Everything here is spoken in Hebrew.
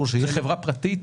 זה מפעיל פרטי.